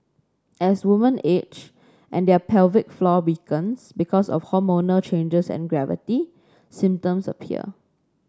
as woman age and their pelvic floor weakens because of hormonal changes and gravity symptoms appear